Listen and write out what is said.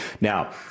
Now